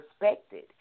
respected